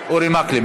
אורי מקלב.